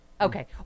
okay